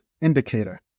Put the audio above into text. indicator